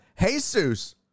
Jesus